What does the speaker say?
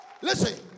listen